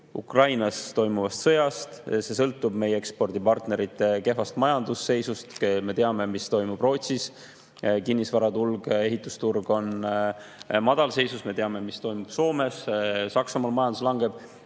Ukrainas toimuvast sõjast, see [tuleneb] meie ekspordipartnerite kehvast majandusseisust. Me teame, mis toimub Rootsis: kinnisvaraturg ja ehitusturg on madalseisus. Me teame, mis toimub Soomes ja Saksamaal: majandus langeb.